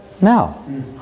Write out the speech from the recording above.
now